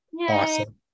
Awesome